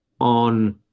on